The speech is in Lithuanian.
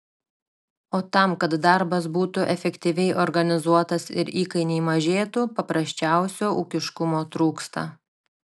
o tam kad darbas būtų efektyviai organizuotas ir įkainiai mažėtų paprasčiausio ūkiškumo trūksta